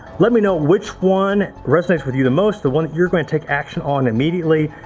let me know which one resonates with you the most, the one that you're gonna take action on immediately.